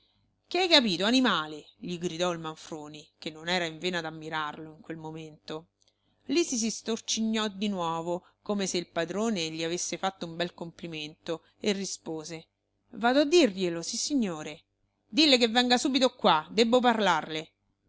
che hai capito animale gli gridò il manfroni che non era in vena d'ammirarlo in quel momento lisi si storcignò di nuovo come se il padrone gli avesse fatto un bel complimento e rispose vado a dirglielo sissignore dille che venga subito qua debbo parlarle